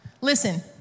Listen